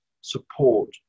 support